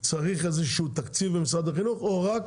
צריך איזה שהוא תקציב ממשרד החינוך או רק